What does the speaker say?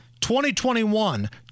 2021